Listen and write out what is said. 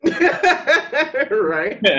Right